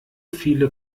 viele